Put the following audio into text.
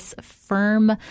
firm